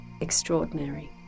extraordinary